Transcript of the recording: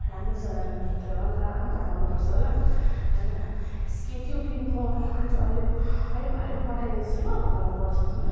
राम्रो छ नाना त्यो रन्जु नानालाई पनि पठाउनु पर्छ ल नाना एस त्यो क्रिमको आज अहिले अहिले भरे म पठाइदिन्छु ल तपाईँलाई व्हाट्सएप्पमा